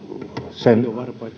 sen